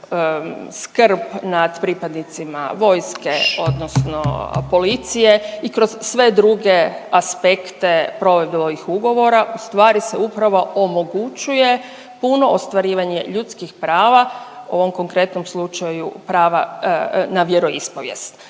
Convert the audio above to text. skrb nad pripadnicima vojske odnosno policije i kroz sve druge aspekte provedbe ovih ugovora ustvari se upravo omogućuje puno ostvarivanje ljudskih prava, u ovom konkretnom slučaju prava na vjeroispovijest.